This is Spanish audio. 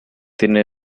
tiene